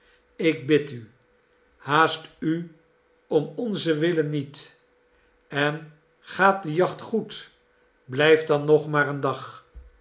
ik bid u haast u om onzentwille niet en gaat de jacht goed blijf dan nog maar een dag